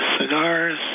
Cigars